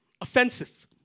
offensive